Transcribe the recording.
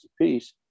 piece